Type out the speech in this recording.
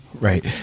right